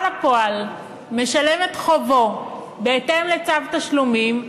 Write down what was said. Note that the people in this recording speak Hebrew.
לפועל משלם את חובו בהתאם לצו תשלומים,